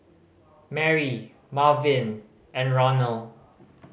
Marry Marvin and Ronal